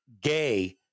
gay